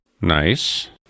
Nice